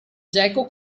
geco